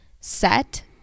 set